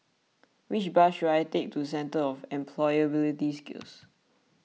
which bus should I take to Centre for Employability Skills